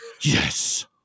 Yes